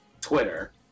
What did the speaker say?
twitter